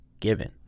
given